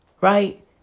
right